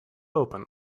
open